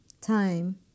time